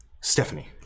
Stephanie